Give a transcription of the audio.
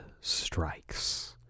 Strikes